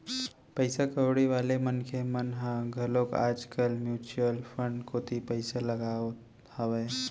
पइसा कउड़ी वाले मनखे मन ह घलोक आज कल म्युचुअल फंड कोती पइसा लगात हावय